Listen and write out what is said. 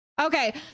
Okay